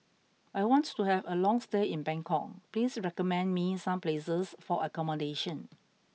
I want to have a long stay in Bangkok please recommend me some places for accommodation